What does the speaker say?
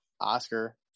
Oscar